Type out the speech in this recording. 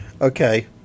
okay